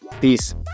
peace